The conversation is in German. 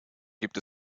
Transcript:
gibt